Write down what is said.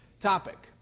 topic